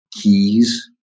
keys